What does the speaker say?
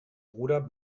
bruder